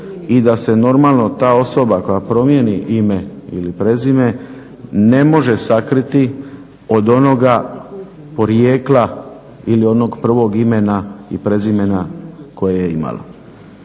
i da se normalno ta osoba koja promijeni ime ili prezime ne može sakriti od onoga porijekla, ili onog prvog imena i prezimena koje je imala.